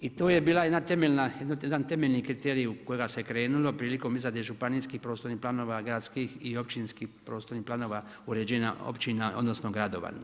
I tu je bila jedan temeljni kriterij u kojega se krenulo prilikom izrade županijskih prostornih planova, gradskih i općinskih prostornih planova uređenja općina odnosno gradova.